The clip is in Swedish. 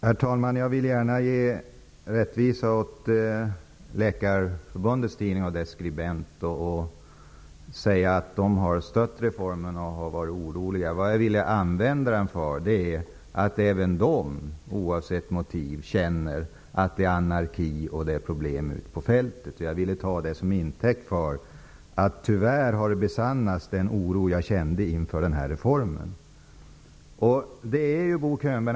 Herr talman! Jag vill gärna göra rättvisa åt Svenska läkareförbundets tidning och dess skribent. De har stött reformen, även om de nu är oroliga. Men jag ville framhålla att även de -- oavsett motiv -- känner att det är anarki och andra problem nu på fältet. Jag ville ta det som intäkt för att den oro jag kände inför denna reform nu tyvärr besannas.